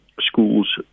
schools